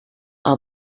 are